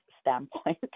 standpoint